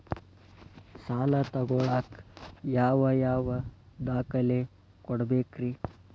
ಸಾಲ ತೊಗೋಳಾಕ್ ಯಾವ ಯಾವ ದಾಖಲೆ ಕೊಡಬೇಕ್ರಿ?